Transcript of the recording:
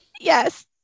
Yes